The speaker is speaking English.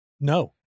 No